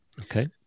Okay